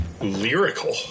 Lyrical